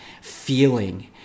feeling